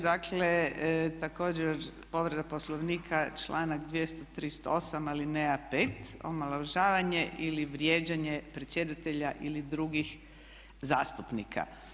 Dakle također povreda Poslovnika članak 238. alineja 5. omalovažavanje ili vrijeđanje predsjedatelja ili drugih zastupnika.